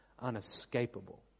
unescapable